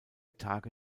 tage